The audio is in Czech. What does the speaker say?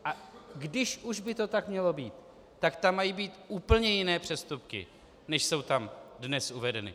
A když už by to tak mělo být, tak tam mají být úplně jiné přestupky, než jsou tam dnes uvedeny.